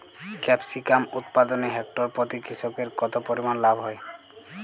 Capsicum উৎপাদনে hectare প্রতি কৃষকের কত পরিমান লাভ হয়?